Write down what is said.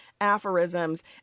aphorisms